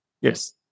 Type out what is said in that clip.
Yes